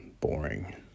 boring